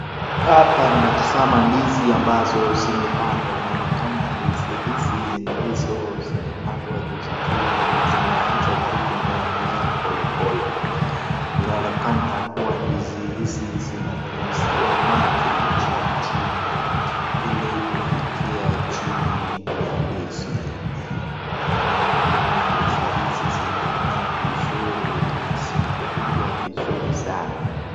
Hapa ninatazama ndizi ambazo zimepandwa. Inaonekana ndizi hizi ndizo zimepandwa juzi juzi na zimeanza tu kumea mea polepole inaonekana kuwa ndizi hizi zinanyunyuziwa maji chinichini ili kufikia chini ya ndizi. Inaonekana ndizi hizi zinamea vizuri na zinakuja vizuri sana.